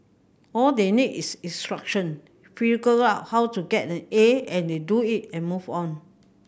all they need is instruction figure out how to get an A and they do it and move on